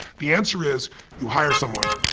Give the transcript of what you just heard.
the answer is you hire someone.